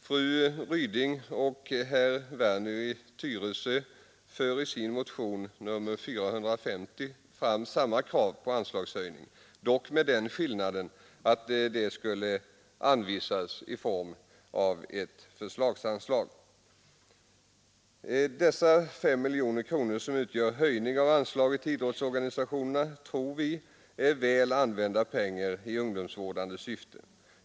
Fru Ryding och herr Werner i Tyresö för i sin motion 450 fram samma krav på anslagshöjning, dock med den skillnaden att medlen skulle anvisas i form av ett förslagsanslag. Dessa 5 miljoner kronor som utgör en höjning av anslaget till idrottsorganisationerna är, tror vi, väl använda pengar i ungdomsvårdande syfte.